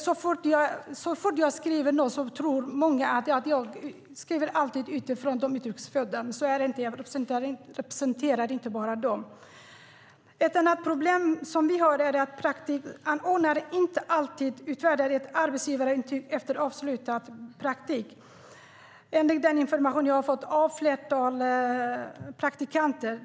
Så fort jag skriver något tror många att jag alltid skriver utifrån de utrikes födda. Så är det inte. Jag representerar inte bara dem. Ett annat problem som vi har är att praktikanordnare inte alltid utfärdar ett arbetsgivarintyg efter avslutad praktik, enligt den information jag har fått av ett flertal praktikanter.